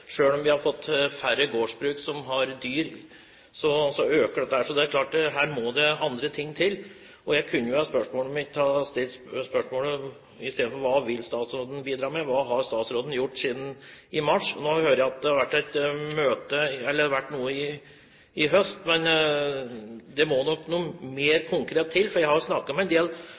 om vi har fått færre gårdsbruk som har dyr, øker dette. Så det er klart at her må det andre ting til. Og istedenfor å spørre hva statsråden vil bidra med, kan jeg stille spørsmålet: Hva har statsråden gjort siden mars? Nå hører jeg at det har vært et møte i høst, men det må nok noe mer konkret til. For jeg har